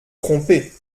trompez